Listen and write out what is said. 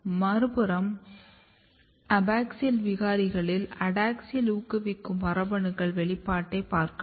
மறுபுறம் அபாக்ஸியல் விகாரிகளில் அடாக்ஸியல் ஊக்குவிக்கும் மரபணுவின் வெளிப்பாட்டைப் பார்க்கலாம்